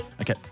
Okay